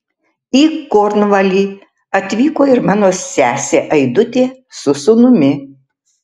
į kornvalį atvyko ir mano sesė aidutė su sūnumi